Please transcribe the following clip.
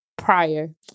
Prior